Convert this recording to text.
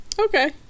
Okay